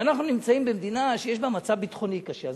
שאנחנו נמצאים במדינה שיש בה מצב ביטחוני קשה,